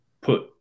put